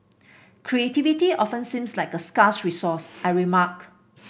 creativity often seems like a scarce resource I remark